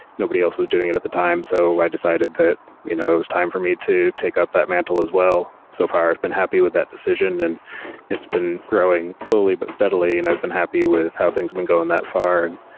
nobody else was doing it at the time, so i decided that you know it was time for me to take up that mantle as well. so far, i've been happy with that decision and it's been growing slowly, but steadily and i've been happy with how things have been going that far. and